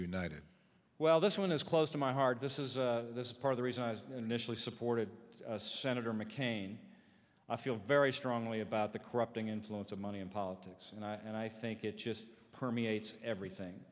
united well this one is close to my heart this is this part of the reason i was initially supported senator mccain i feel very strongly about the corrupting influence of money in politics and i think it just permeates everything